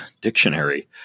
dictionary